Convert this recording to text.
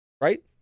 Right